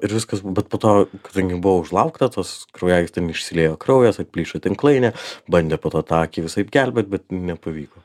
ir viskas bet po to kadangi buvo užlaukta tos kraujagyslėn išsiliejo kraujas atplyšo tinklainė bandė po tą akį visaip gelbėt bet nepavyko